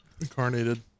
incarnated